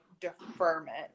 deferment